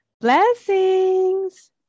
blessings